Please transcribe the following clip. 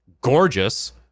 gorgeous